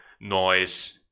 noise